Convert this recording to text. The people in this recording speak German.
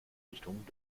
richtung